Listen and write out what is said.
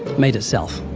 made itself?